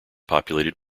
populated